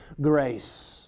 grace